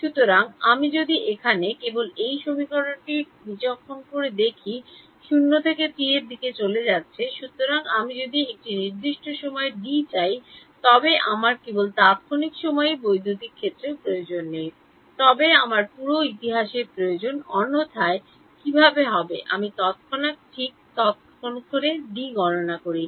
সুতরাং আমি যদি এখানে কেবল এই সমীকরণটিকে বিচক্ষণ করে দেখি 0 থেকে t এ চলে যাচ্ছে সুতরাং আমি যদি একটি নির্দিষ্ট সময়ে D চাই তবে আমার কেবল তাত্ক্ষণিক সময়েই বৈদ্যুতিক ক্ষেত্রের প্রয়োজন নেই তবে আমার পুরো ইতিহাসের প্রয়োজন অন্যথায় কীভাবে হবে আমি তত্ক্ষণাত্ ঠিক ততক্ষণে ডি গণনা করি